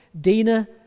Dina